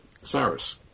Cyrus